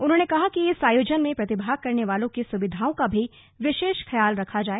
उन्होंने कहा कि इस आयोजन में प्रतिभाग करने वालों की सुविधाओं का भी विशेष खयाल रखा जाए